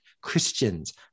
Christians